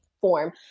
form